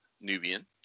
Nubian